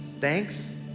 Thanks